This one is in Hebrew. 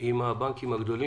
גם הוועדה לענייני הקורונה,